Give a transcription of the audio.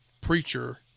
preacher